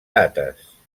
dates